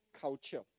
culture